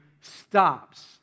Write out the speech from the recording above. stops